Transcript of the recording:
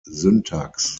syntax